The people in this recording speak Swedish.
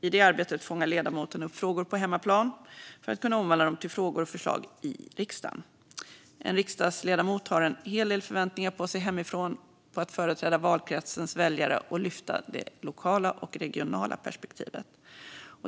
I det arbetet fångar ledamoten upp frågor på hemmaplan för att kunna omvandla dem till frågor och förslag i riksdagen. En riksdagsledamot har en hel del förväntningar på sig hemifrån om att företräda valkretsens väljare och lyfta det lokala och regionala perspektivet.